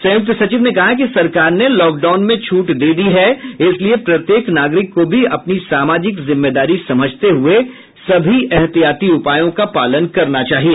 संयुक्त सचिव ने कहा कि सरकार ने लॉकडाउन में छूट दे दी है इसलिए प्रत्येक नागरिक को भी अपनी सामाजिक जिम्मेदारी समझते हुए सभी एहतियाती उपायों का पालन करना चाहिए